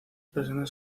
personas